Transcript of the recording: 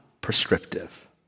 prescriptive